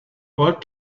old